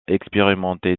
expérimenté